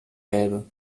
gelbe